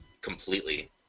completely